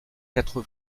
quatre